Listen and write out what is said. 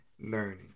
learning